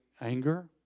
anger